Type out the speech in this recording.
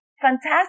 Fantastic